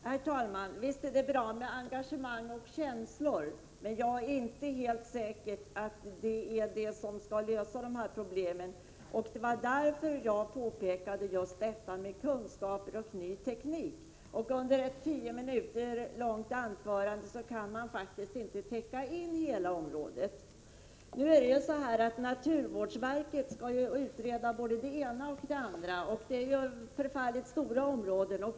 Herr talman! Visst är det bra med engagemang och känslor, men jag är inte helt säker på att det är sådant som skall lösa dessa problem. Det var därför jag påpekade just detta om kunskap och ny teknik. Under ett tio minuter långt anförande kan man inte täcka in hela området. Nu skall naturvårdsverket utreda både det ena och det andra, och det är mycket stora områden.